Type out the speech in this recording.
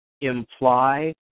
imply